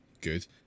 Good